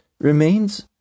remains